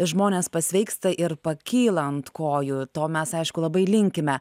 žmonės pasveiksta ir pakyla ant kojų to mes aišku labai linkime